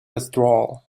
withdrawal